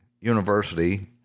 university